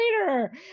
later